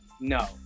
No